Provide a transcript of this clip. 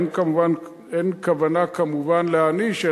אין כמובן כוונה להעניש,